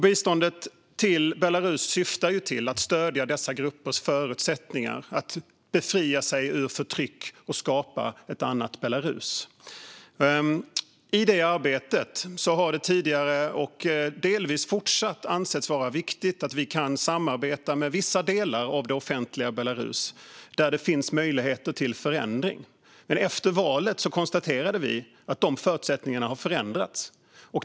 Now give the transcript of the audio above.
Biståndet till Belarus syftar ju till att stödja dessa gruppers förutsättningar att befria sig från förtryck och skapa ett annat Belarus. I det arbetet har det tidigare ansetts - och anses det delvis fortfarande - vara viktigt att vi kan samarbeta med vissa delar av det offentliga Belarus där det finns möjligheter till förändring. Men efter valet konstaterade vi att de förutsättningarna har förändrats.